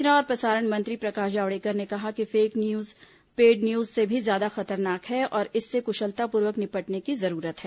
सूचना और प्रसारण मंत्री प्रकाश जावडेकर ने कहा कि फेक न्यूज पेड न्यूज से भी ज्यादा खतरनाक है और इससे कुशलतापूर्वक निपटने की जरूरत है